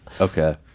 Okay